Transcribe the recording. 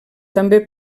també